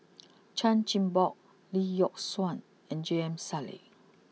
Chan Chin Bock Lee Yock Suan and J M Sali